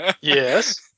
Yes